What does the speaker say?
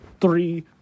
three